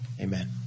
Amen